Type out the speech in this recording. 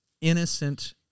innocent